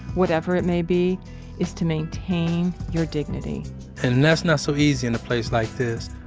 whatever it may be is to maintain your dignity and that's not so easy in a place like this,